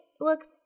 looks